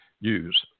use